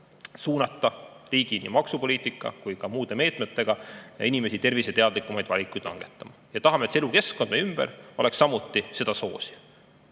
suunata nii riigi maksupoliitika kui ka muude meetmetega inimesi terviseteadlikumaid valikuid langetama. Me tahame, et elukeskkond meie ümber oleks samuti seda soosiv.